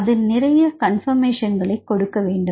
அதில் நிறைய கான்போர்மசோன்களை கொடுக்க வேண்டும்